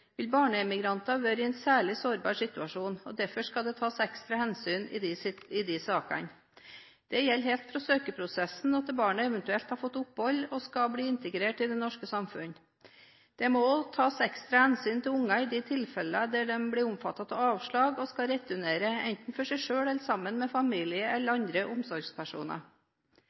vil barnemigranter være i en særlig sårbar situasjon, og derfor skal det tas ekstra hensyn i disse sakene. Det gjelder helt fra søkeprosessen og til barnet eventuelt har fått opphold og skal bli integrert i det norske samfunn. Det må også tas ekstra hensyn til barn i de tilfellene de blir omfattet av et avslag, og skal returnere enten for seg selv eller sammen med familie eller andre omsorgspersoner.